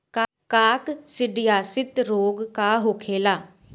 काकसिडियासित रोग का होखेला?